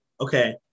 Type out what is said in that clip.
okay